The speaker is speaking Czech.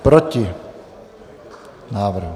Proti návrhu.